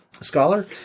scholar